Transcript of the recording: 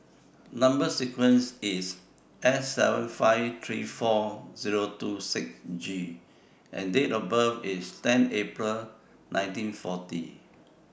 Number sequence IS S seven five three four Zero two six G and Date of birth IS ten April nineteen forty